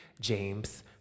James